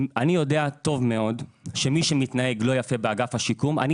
אני יודע טוב מאוד שמי שמתנהג לא יפה באגף השיקום צריך להוקיע את זה.